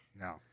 No